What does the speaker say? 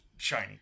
shiny